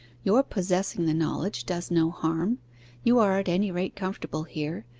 your possessing the knowledge does no harm you are at any rate comfortable here,